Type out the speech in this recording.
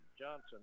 Johnson